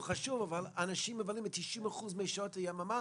הוא חשוב אבל אנשים מבלים 90% משעות היממה